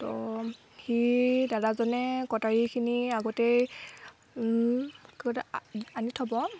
তো সি দাদাজনে কটাৰীখিনি আগতেই আনি থ'ব